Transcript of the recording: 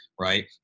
right